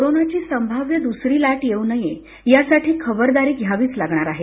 कोरोनाची संभाव्य दुसरी लाट येऊ नये यासाठी खबरदारी घ्यावीच लागणार आहे